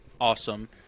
awesome